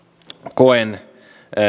koen